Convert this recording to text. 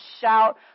shout